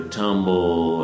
tumble